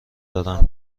دارم